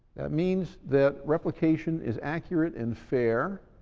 that means that replication is accurate and fair,